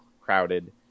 crowded